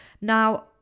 Now